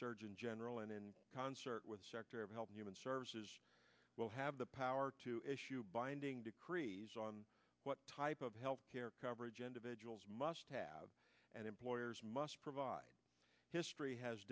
surgeon general and in concert with secretary of health and human services will have the power to issue binding decrees on what type of health care coverage individuals must have and employers must provide history has